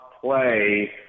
play